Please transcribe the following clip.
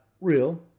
real